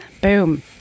boom